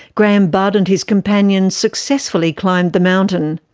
grahame budd and his companions successfully climbed the mountain.